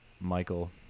Michael